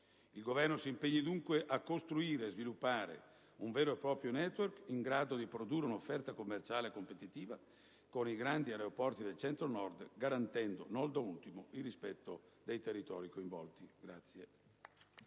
Il Governo si impegni dunque a costruire e a sviluppare un vero e proprio *network* in grado di produrre un'offerta commerciale competitiva con i grandi aeroporti del Centro-Nord, garantendo non da ultimo il rispetto dei territori coinvolti.